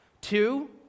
Two